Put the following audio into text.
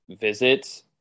visit